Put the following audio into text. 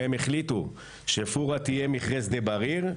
והם החליטו שאל-פורעה תהיה מכרה שדה בריר,